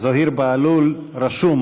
זוהיר בהלול רשום,